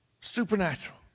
supernatural